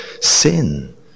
sin